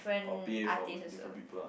or p_a from different people ah